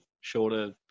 shorter